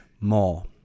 more